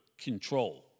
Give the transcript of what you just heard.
control